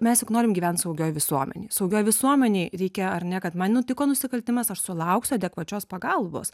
mes juk norim gyvent saugioj visuomenėj saugioj visuomenėj reikia ar ne kad man nutiko nusikaltimas aš sulauksiu adekvačios pagalbos